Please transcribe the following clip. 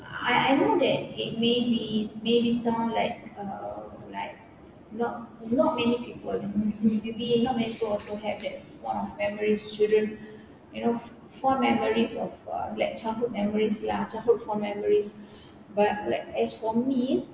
I I know that it maybe may be sound like uh like not not many people maybe not many people also have that memories children you know fond memories of uh like childhood memories lah childhood fond memories but like as for me